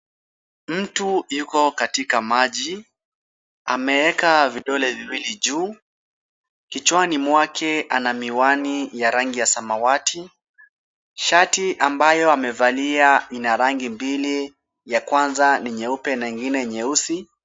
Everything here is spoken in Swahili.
Mtu yuko katika maji. Ameeka vidole viwili juu. Kichwani mwake ana miwani ya rangi ya samawati. Shati ambayo amevalia ina rangi mbili, ya kwanza ni nyeupe na ingine nyeusi.